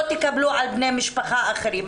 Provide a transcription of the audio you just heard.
לא תקבלו על בני משפחה אחרים,